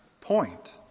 point